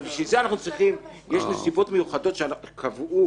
אבל בשביל אנחנו צריכים יש נסיבות מיוחדות שקבעו,